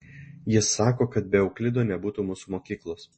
jis sako kad be euklido nebūtų mūsų mokyklos